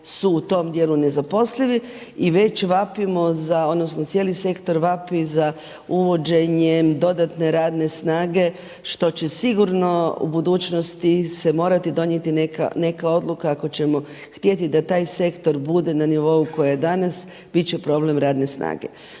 su u tom dijelu nezaposlivi i već vapimo za, odnosno cijeli sektor vapi za uvođenjem dodatne radne snage što će sigurno u budućnosti se morati donijeti neka odluka ako ćemo htjeti da taj sektor bude na nivou na kojem je danas, biti će problem radne snage.